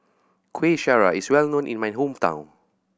Kuih Syara is well known in my hometown